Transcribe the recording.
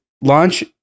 launch